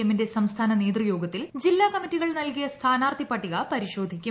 എമ്മിന്റെ സംസ്ഥാന നേതൃയോഗത്തിൽ ജില്ലാ കമ്മിറ്റികൾ നൽകിയ സ്ഥാനാർത്ഥി പട്ടിക പരിശോധിക്കും